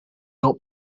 not